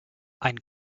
ein